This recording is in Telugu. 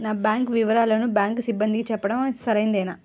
నా బ్యాంకు వివరాలను బ్యాంకు సిబ్బందికి చెప్పడం సరైందేనా?